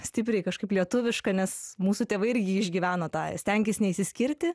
stipriai kažkaip lietuviška nes mūsų tėvai išgyveno tą stenkis neišsiskirti